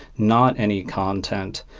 not any content,